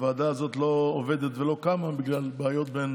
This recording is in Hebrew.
הוועדה הזאת לא עובדת ולא קמה בגלל בעיות בין